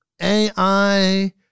ai